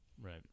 Right